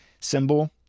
symbol